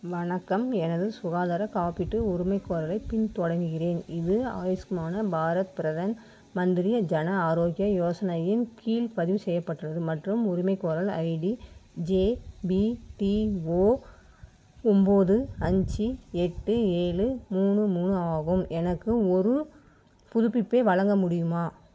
வணக்கம் எனது சுகாதாரக் காப்பீட்டு உரிமைக்கோரலைப் பின் தொடங்குகின்றேன் இது ஆயுஷ்மான பாரத் பிரதான் மந்திரி ஜன ஆரோக்ய யோசனா இன் கீழ் பதிவு செய்யப்பட்டுள்ளது மற்றும் உரிமைக்கோரல் ஐடி ஜேபிடிஓ ஒன்போது அஞ்சு எட்டு ஏழு மூணு மூணு ஆகும் எனக்கு ஒரு புதுப்பிப்பை வழங்க முடியுமா